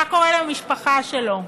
מה קורה למשפחה שלו?